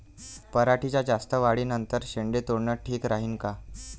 पराटीच्या जास्त वाढी नंतर शेंडे तोडनं ठीक राहीन का?